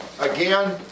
again